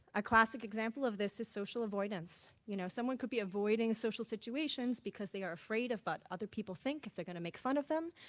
a classic example of this is social avoidance. you know someone could be avoiding social situations because they are afraid of what but other people think, if they're going to make fun of them,